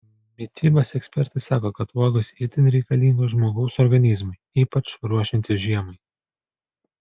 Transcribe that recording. mitybos ekspertai sako kad uogos itin reikalingos žmogaus organizmui ypač ruošiantis žiemai